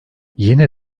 yine